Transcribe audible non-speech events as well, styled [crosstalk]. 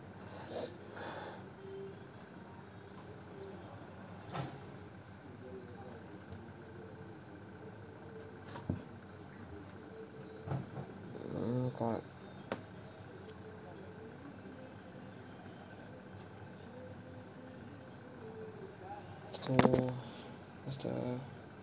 [noise] mm so what's the